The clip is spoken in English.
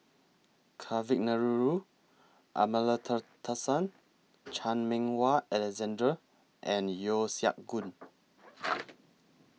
Kavignareru Amallathasan Chan Meng Wah Alexander and Yeo Siak Goon